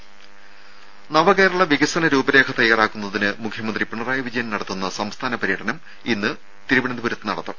രംഭ നവകേരള വികസന രൂപരേഖ തയാറാക്കുന്നതിന് മുഖ്യമന്ത്രി പിണറായി വിജയൻ നടത്തുന്ന സംസ്ഥാന പര്യടനം ഇന്ന് തിരുവനന്തപുരത്ത് നടത്തും